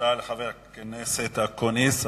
תודה לחבר הכנסת אקוניס.